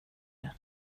det